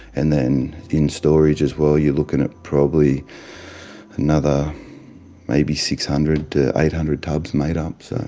and then in storage as well you're looking at probably another maybe six hundred to eight hundred tubs made up, so